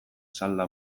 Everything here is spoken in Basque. salda